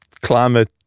climate